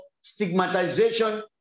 stigmatization